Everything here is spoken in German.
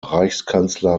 reichskanzler